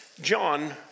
John